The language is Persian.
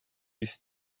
است